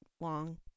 long